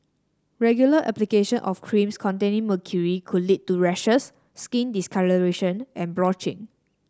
regular application of creams containing mercury could lead to rashes skin discolouration and blotching